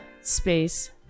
space